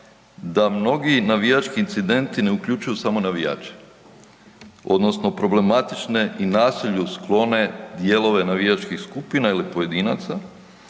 da mnogi navijački incidenti ne uključuju samo navijače, odnosno problematične i nasilju sklone dijelove navijačkih skupina ili pojedinaca,